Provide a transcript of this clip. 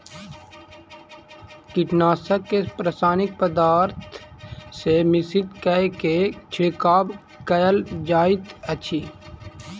कीटनाशक के रासायनिक पदार्थ सॅ मिश्रित कय के छिड़काव कयल जाइत अछि